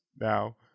now